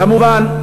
כמובן.